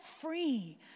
free